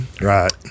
right